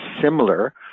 similar